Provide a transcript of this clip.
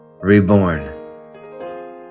reborn